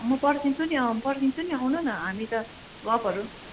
मो पर्खिन्छु नि अँ पर्खिन्छु नि आउनु न हामी त गफहरू